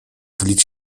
tlić